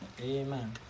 Amen